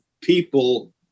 people